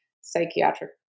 psychiatric